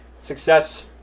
success